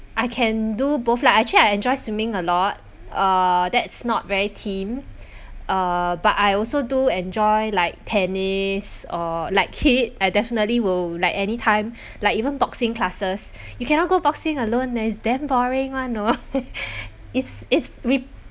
I can do both lah actually I enjoy swimming a lot uh that's not very team uh but I also do enjoy like tennis or like kid I definitely will like anytime like even boxing classes you cannot go boxing alone leh is damn boring one know it's it's re~